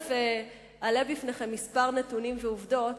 ותיכף אעלה בפניכם כמה נתונים ועובדות,